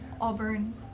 auburn